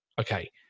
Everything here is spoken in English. Okay